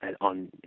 on